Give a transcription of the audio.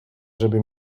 żeby